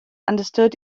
understood